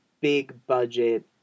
big-budget